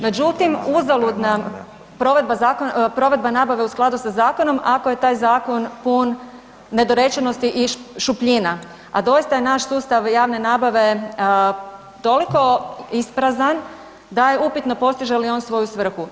Međutim, uzalud nam provedba nabave u skladu sa zakonom ako je taj zakon pun nedorečenosti i šupljina a doista je naš sustav javne nabave toliko isprazan da je upitno postiže li on svoju svrhu.